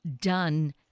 done